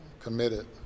committed